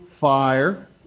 fire